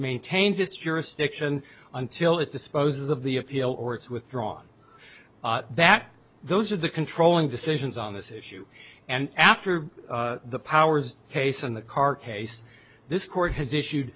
maintains its jurisdiction until it disposes of the appeal or it's withdrawn that those are the controlling decisions on this issue and after the powers case and the carcase this court has issued